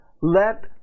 Let